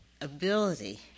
ability